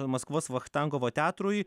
maskvos vachtangovo teatrui